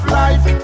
life